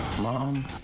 Mom